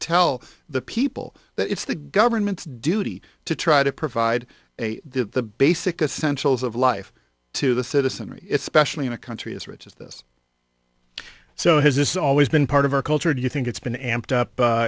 tell the people that it's the government's duty to try to provide a the basic essential is of life to the citizenry it's specially in a country as rich as this so has this always been part of our culture do you think it's been amped up